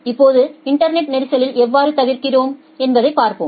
இப்போது இன்டர்நெட் நெரிசலை எவ்வாறு தவிர்க்கிறோம் என்பதைப் பார்ப்போம்